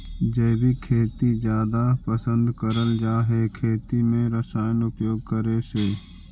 जैविक खेती जादा पसंद करल जा हे खेती में रसायन उपयोग करे से